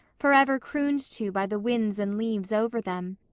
forever crooned to by the winds and leaves over them,